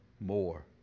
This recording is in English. more